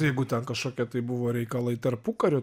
jeigu ten kažkokie tai buvo reikalai tarpukario